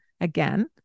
Again